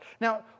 Now